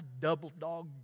double-dog